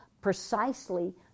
precisely